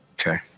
Okay